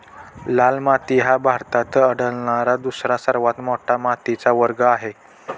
लाल माती हा भारतात आढळणारा दुसरा सर्वात मोठा मातीचा वर्ग आहे